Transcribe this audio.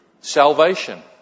salvation